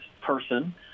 person